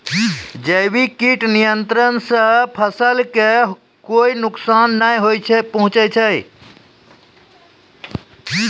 जैविक कीट नियंत्रण सॅ फसल कॅ कोय नुकसान नाय पहुँचै छै